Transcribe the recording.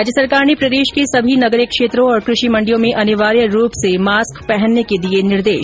राज्य सरकार ने प्रदेश के सभी नगरीय क्षेत्रों और कृषि मंडियों में अनिवार्य रूप से मास्क पहनने के दिए निर्देश